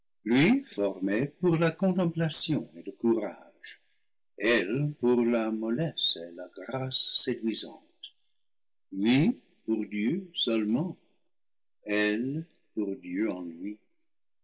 formé pour la comtemplation et le courage elle pour la mollesse et la grâce séduisante lui pour dieu seulement elle pour dieu en lui